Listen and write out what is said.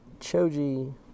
Choji